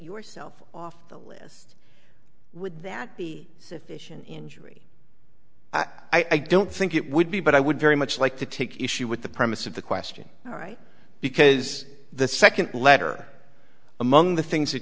yourself off the list would that be sufficient injury i don't think it would be but i would very much like to take issue with the premise of the question all right because the second letter among the things